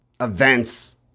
events